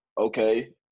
Okay